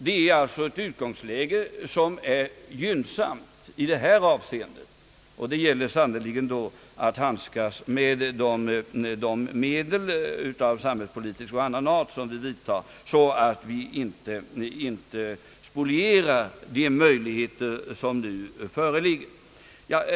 Det är alltså ett utgångsläge som är gynnsamt i det här avseendet, och då gäller det sannerligen att handskas med de medel av samhällspolitisk och annan art som vi har till förfogande så att vi inte spolierar de möjligheter som nu föreligger.